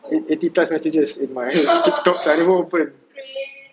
eighty plus messages in my TikTok sia I never open